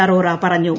അറോറ പറഞ്ഞു